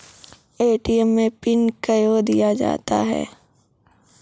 ATM मे PIN कयो दिया जाता हैं?